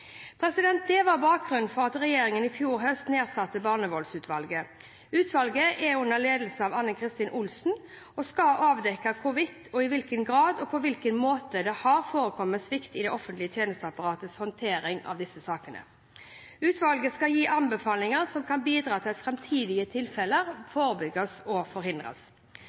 Det var bakgrunnen for at regjeringen i fjor høst nedsatte Barnevoldsutvalget. Utvalget er under ledelse av Ann-Kristin Olsen og skal avdekke hvorvidt, i hvilken grad og på hvilken måte det har forekommet svikt i det offentlige tjenesteapparatets håndtering av disse sakene. Utvalget skal gi anbefalinger som kan bidra til at framtidige tilfeller forebygges og forhindres.